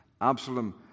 Absalom